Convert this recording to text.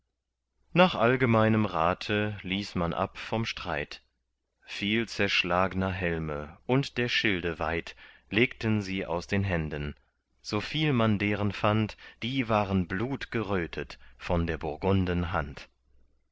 nach allgemeinem rate ließ man ab vom streit viel zerschlagner helme und der schilde weit legten sie aus den händen so viel man deren fand die waren blutgerötet von der burgunden hand